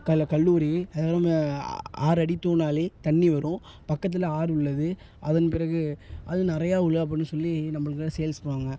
கல கல்லூரி அதுல்லாமல் ஆ ஆறடி தோண்ட்னாலே தண்ணி வரும் பக்கத்தில் ஆறு உள்ளது அதன் பிறகு அது நிறைய உள்ள அப்புடின்னு சொல்லி நம்பளுக்கெலாம் சேல்ஸ் பண்ணுவாங்க